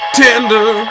tender